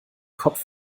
kopf